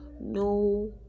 no